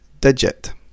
digit